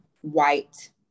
white